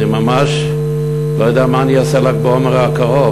אני ממש לא יודע מה אני אעשה בל"ג בעומר הקרוב.